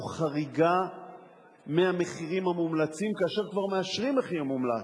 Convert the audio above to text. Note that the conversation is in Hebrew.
או על חריגה מהמחירים המומלצים כאשר כבר מאשרים מחיר מומלץ,